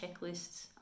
checklists